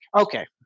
Okay